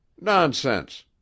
Nonsense